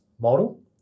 model